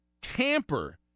tamper